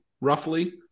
roughly